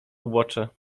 ubocze